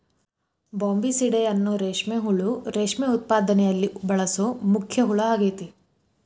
Bombycidae ಅನ್ನೋ ರೇಷ್ಮೆ ಹುಳು ರೇಷ್ಮೆ ಉತ್ಪಾದನೆಯಲ್ಲಿ ಬಳಸೋ ಮುಖ್ಯ ಹುಳ ಆಗೇತಿ